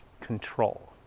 control